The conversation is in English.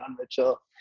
Mitchell